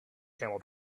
camel